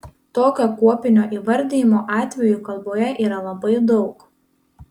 tokio kuopinio įvardijimo atvejų kalboje yra labai daug